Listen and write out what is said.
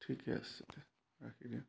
ঠিকে আছে দিয়ক ৰাখি দিওঁ